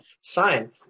sign